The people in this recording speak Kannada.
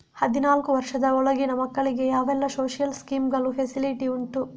ಹದಿನಾಲ್ಕು ವರ್ಷದ ಒಳಗಿನ ಮಕ್ಕಳಿಗೆ ಯಾವೆಲ್ಲ ಸೋಶಿಯಲ್ ಸ್ಕೀಂಗಳ ಫೆಸಿಲಿಟಿ ಉಂಟು?